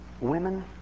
women